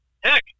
Heck